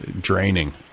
draining